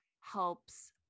helps